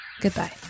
Goodbye